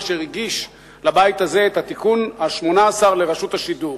כאשר הגיש לבית הזה את התיקון ה-18 לחוק רשות השידור